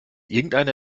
irgendeine